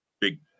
Big